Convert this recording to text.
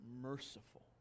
merciful